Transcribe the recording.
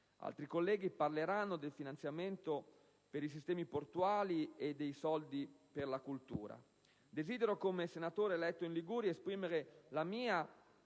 Altri colleghi parleranno del finanziamento per i sistemi portuali e dei soldi per la cultura. Desidero come senatore eletto in Liguria esprimere la mia